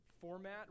format